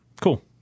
Cool